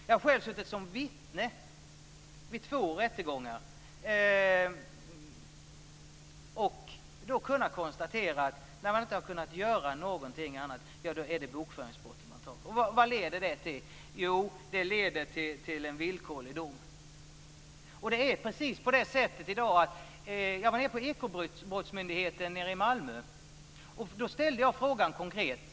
Jag har själv suttit som vittne vid två rättegångar och då kunnat konstatera att när man inte har kunnat göra någonting annat har man gett sig på bokföringsbrottet. Vad leder det till? Jo, det leder till en villkorlig dom. Jag var på Ekobrottsmyndigheten nere i Malmö. Då ställde jag en konkret fråga.